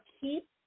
keep